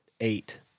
eight